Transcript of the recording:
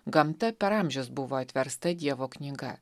gamta per amžius buvo atversta dievo knyga